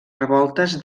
revoltes